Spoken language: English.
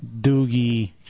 Doogie